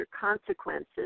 Consequences